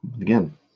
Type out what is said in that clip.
Again